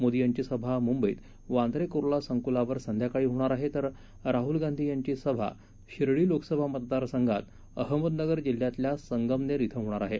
मोदी यांची सभा मुंबईत वांद्रे कुर्ला संकुलावर संध्याकाळी होणार आहे तर राहुल गांधी यांची सभा शिर्डी लोकसभा मतदार संघात अहमदनगर जिल्ह्यातल्या संगमनेर इथं होणार आहे